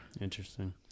Interesting